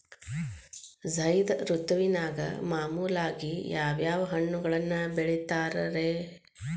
ಝೈದ್ ಋತುವಿನಾಗ ಮಾಮೂಲಾಗಿ ಯಾವ್ಯಾವ ಹಣ್ಣುಗಳನ್ನ ಬೆಳಿತಾರ ರೇ?